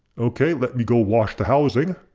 okay let me go wash the housing.